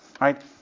Right